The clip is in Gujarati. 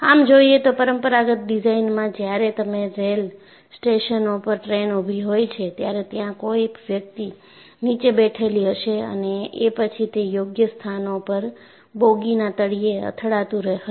આમ જોયે તો પરમપરાગત ડિઝાઇનમાં જ્યારે તમે રેલ્વે સ્ટેશનો પર ટ્રેન ઉભી હોય છે ત્યારે ત્યાં કોઈ વ્યક્તિ નીચે બેઠેલી હશે અને એ પછી તે યોગ્ય સ્થાનો પર બોગીના તળિયે અથડાતું હશે